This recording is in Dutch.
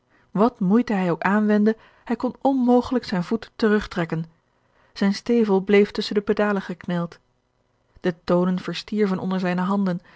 wat moeite hij ook aanwendde hij kon onmogelijk zijn voet terugtrekken zijn stevel bleef tusschen de pedalen gekneld de toonen verstierven onder zijne handen